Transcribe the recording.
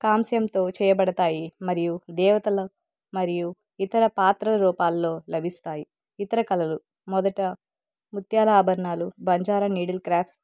కాంస్యంతో చేయబడతాయి మరియు దేవతల మరియు ఇతర పాత్ర రూపాల్లో లభిస్తాయి ఇతర కళలు మొదట ముత్యాల ఆభరణాలు బంజారా నీడిల్ క్రాఫ్ట్స్